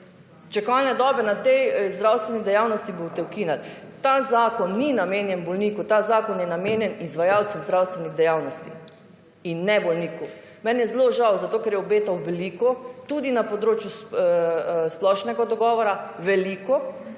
Čakalne dobe na tej zdravstveni dejavnosti boste ukinili. Ta zakon ni namenjen bolniku, ta zakon je namenjen izvajalcem zdravstvenih dejavnosti. In ne bolniku. Meni je zelo žal zato, ker je obetal veliko tudi na področju splošnega dogovora, veliko.